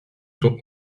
sont